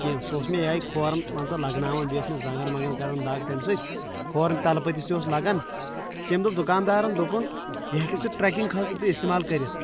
کیٚنٛہہ سُہ اوس مےٚ یِہےَ کھۅرَن مان ژٕ لگناوَن بیٚیہِ ٲس مےٚ زنٛگن ونٛگن کَران دَگ تَمہِ سٍتۍ کھۅرن تلہٕ پٔتِس تہِ اوس لگان تٔمۍ دوٚپ دُکان دارَن دوٚپُن یہِ ہیٚکٮ۪کھ ژٕ ٹیرکِنٛگ خٲطرٕ تہِ اِستعمال کٔرِتھ